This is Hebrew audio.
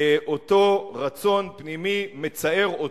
אותו רצון פנימי, מצער אותי,